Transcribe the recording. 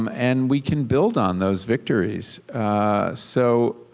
um and we can build on those vic tier res. so